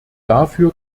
dafür